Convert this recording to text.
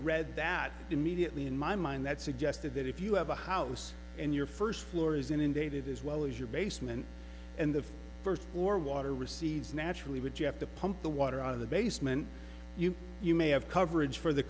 read that immediately in my mind that suggested that if you have a house in your first floor is inundated as well as your basement and the first or water recedes naturally would you have to pump the water out of the basement you may have coverage for the